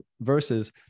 versus